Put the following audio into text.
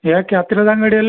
ಯಾಕೆ ಹತ್ತಿರದ ಅಂಗಡಿಯಲ್ಲಿ